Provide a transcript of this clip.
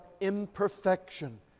imperfection